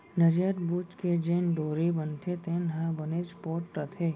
नरियर बूच के जेन डोरी बनथे तेन ह बनेच पोठ रथे